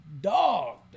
dog